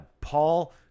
Paul